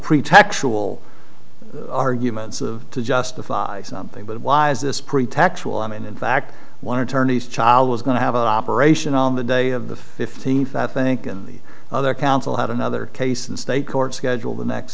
pretextual arguments of to justify something but why is this pretextual and in fact one attorney's child was going to have an operation on the day of the fifteenth i think and the other council had another case in state court scheduled the next